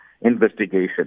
investigation